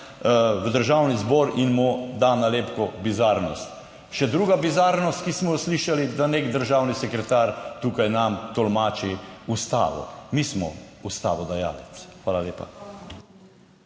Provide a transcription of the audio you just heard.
v Državni zbor in mu da nalepko bizarnost. Še druga bizarnost, ki smo jo slišali: da nek državni sekretar tukaj nam tolmači ustavo. Mi smo ustavodajalec. Hvala lepa.